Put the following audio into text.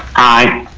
aye.